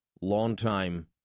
longtime